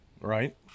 Right